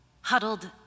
huddled